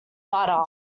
butter